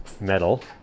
metal